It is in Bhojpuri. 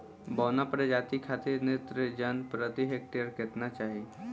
बौना प्रजाति खातिर नेत्रजन प्रति हेक्टेयर केतना चाही?